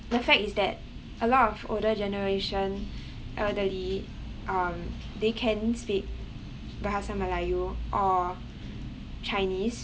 the fact is that a lot of older generation elderly um they can speak bahasa melayu or chinese